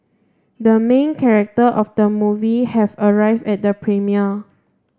the main character of the movie has arrived at the premiere